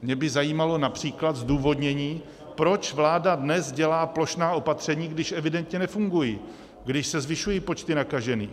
Mě by zajímalo například zdůvodnění, proč vláda dnes dělá plošná opatření, když evidentně nefungují, když se zvyšují počty nakažených.